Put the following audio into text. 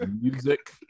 music